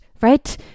right